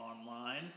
online